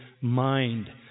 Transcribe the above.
mind